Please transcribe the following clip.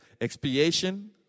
expiation